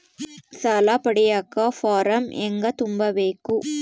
ಸಾಲ ಪಡಿಯಕ ಫಾರಂ ಹೆಂಗ ತುಂಬಬೇಕು?